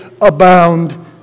abound